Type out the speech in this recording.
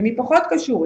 ומי פחות קשור,